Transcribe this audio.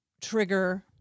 trigger